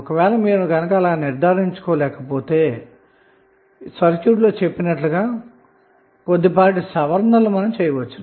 ఒక వేళ మీరు అలా నిర్దారించుకోలేకపోతే మీరు ఈ సర్క్యూట్ లో చెప్పినట్లుగా కొద్దిగా సవరించవచ్చును